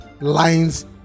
lines